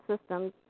systems